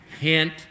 Hint